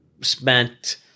spent